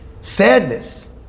sadness